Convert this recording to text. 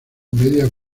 medias